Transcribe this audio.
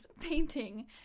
painting